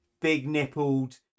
big-nippled